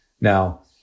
Now